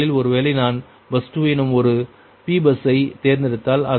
முதலில் ஒருவேளை நான் பஸ் 2 என்னும் ஒரு P பஸ்ஸை தேர்ந்தெடுத்தால் அதாவது 1